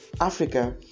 Africa